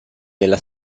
della